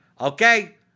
okay